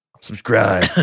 Subscribe